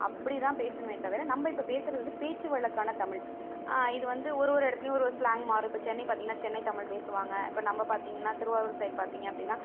அப்படிதான் பேசணுமே தவிர நம்ம இப்போ பேசுகிறது வந்து பேச்சு வழக்கான தமிழ் இது வந்து ஒரு ஒரு இடத்துலையும் ஒரு ஒரு ஸ்லாங் மாறும் இப்போ சென்னை பார்த்திங்கன்னா சென்னை தமிழ் பேசுவாங்க இப்போ நம்ம பார்த்திங்கன்னா திருவாரூர் சைட் பார்த்தீங்க அப்படினா